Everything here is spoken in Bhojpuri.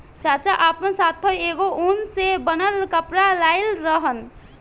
चाचा आपना साथै एगो उन से बनल कपड़ा लाइल रहन